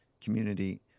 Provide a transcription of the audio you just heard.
community